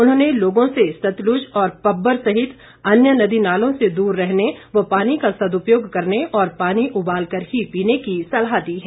उन्होंने लोगों से सतलूज और पब्बर सहित अन्य नदी नालों से दूर रहने तथा पानी का सद्गयोग करने और पानी उबालकर ही पीने सलाह दी है